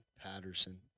Patterson